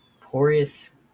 porous